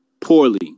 poorly